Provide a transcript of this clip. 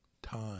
time